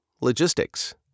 logistics